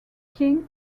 king